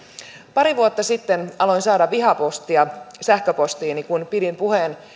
pari vuotta sitten aloin saada vihapostia sähköpostiini kun pidin